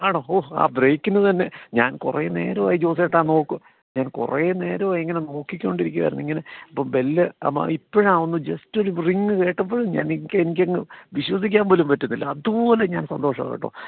ആണോ ഓ ആ ബ്രേക്കിന് തന്നെ ഞാൻ കുറെ നേരമായി ജോസേട്ടാ ഞാൻ കുറെ നേരമായി ഇങ്ങനെ നോക്കിക്കൊണ്ട് ഇരിക്കുകയായിരുന്നു ഇങ്ങനെ അപ്പം ബെല്ല് ഇപ്പോഴാ ഒന്ന് ജസ്റ്റ് ഒരു റിംഗ് കേട്ടപ്പോൾ ഞാൻ എനിക്കാ എനിക്കങ്ങ് വിശ്വസിക്കാൻ പോലും പറ്റുന്നില്ല അതുപോലെ ഞാൻ സന്തോഷമാ കേട്ടോ